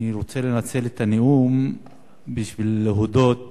אני רוצה לנצל את הנאום בשביל להודות